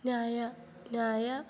न्याय न्याय